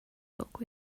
talk